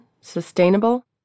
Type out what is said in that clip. sustainable